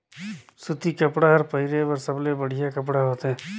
सूती कपड़ा हर पहिरे बर सबले बड़िहा कपड़ा होथे